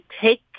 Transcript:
take